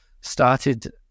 started